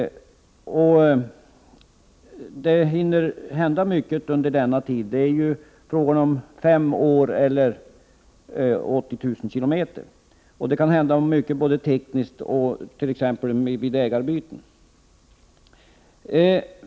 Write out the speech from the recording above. Det hinner hända mycket under denna tid. Det är fråga om fem år eller 80 000 kilometer. Det kan hända mycket både tekniskt och vid t.ex. ägarbyten.